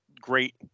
great